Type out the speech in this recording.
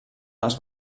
els